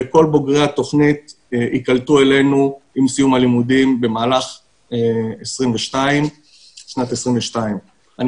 וכל בוגרי התוכנית יקלטו אלינו עם סיום הלימודים במהלך 2022. אני